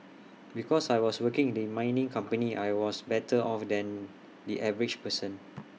because I was working in the mining company I was better off than the average person